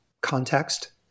context